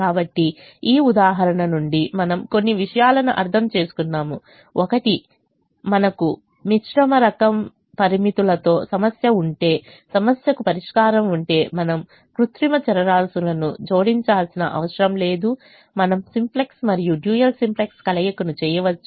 కాబట్టి ఈ ఉదాహరణ నుండి మనము కొన్ని విషయాలను అర్థం చేసుకున్నాము ఒకటి మీకు మిశ్రమ రకం పరిమితులతో సమస్య ఉంటే సమస్యకు పరిష్కారం ఉంటే మనము కృత్రిమ చరరాశులను జోడించాల్సిన అవసరం లేదు మనము సింప్లెక్స్ మరియు డ్యూయల్ సింప్లెక్స్ కలయికను చేయవచ్చు